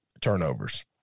turnovers